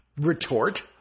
retort